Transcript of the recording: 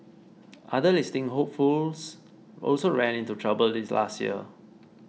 other listing hopefuls also ran into trouble last year